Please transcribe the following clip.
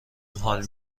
حال